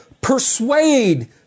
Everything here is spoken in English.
persuade